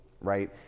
right